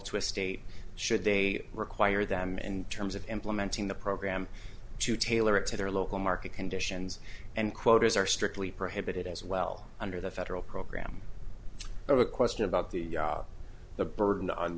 to a state should they require them in terms of implementing the program to tailor it to their local market conditions and quotas are strictly prohibited as well under the federal program of a question about the the burden on